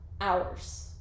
hours